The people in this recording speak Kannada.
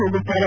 ಹೋಗುತ್ತಾರೆ